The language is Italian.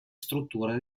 strutture